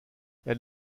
elle